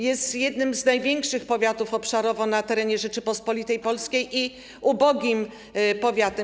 Jest jednym z największych powiatów obszarowo na terenie Rzeczypospolitej Polskiej, jest ubogim powiatem.